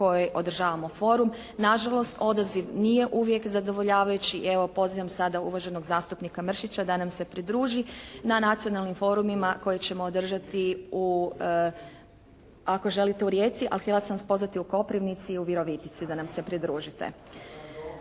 kojoj održavamo forum. Na žalost odaziv nije uvijek zadovoljavajući i evo pozivam sada uvaženog zastupnika Mršića da nam se pridruži na nacionalnim forumima koje ćemo održati u ako želite u Rijeci, ali htjela sam vas pozvati u Koprivnici i u Virovitici da nam se pridružite.